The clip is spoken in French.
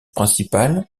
principal